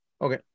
Okay